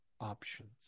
options